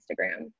Instagram